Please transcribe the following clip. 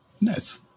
nice